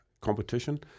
competition